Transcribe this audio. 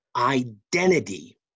identity